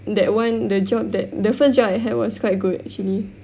that one the job that the first job I had was quite good actually